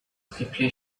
triplé